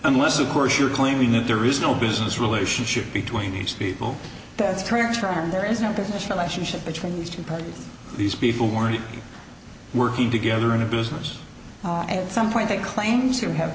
unless of course you're claiming that there is no business relationship between these people that's correct term there is no business relationship between these two parties these people were working together in a business at some point they claimed to have